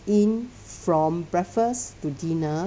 in from breakfast to dinner